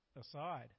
aside